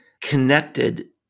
connected